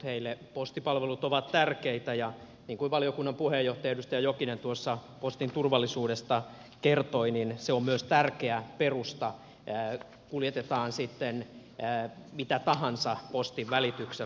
heille postipalvelut ovat tärkeitä ja niin kuin valiokunnan puheenjohtaja edustaja jokinen tuossa postin turvallisuudesta kertoi se on myös tärkeä perusta kuljetetaan sitten mitä tahansa postin välityksellä